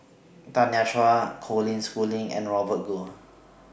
Tanya Chua Colin Schooling and Robert Goh